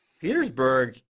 Petersburg